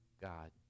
God